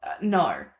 No